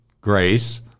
grace